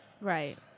Right